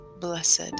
Blessed